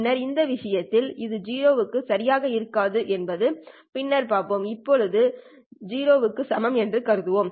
பின்னர் இந்த விஷயத்தில் இது 0 க்கு சரியாக இருக்காது என்பதை பின்னர் பார்ப்போம் இப்போது இது 0 க்கு சமம் என்று கருதுவோம்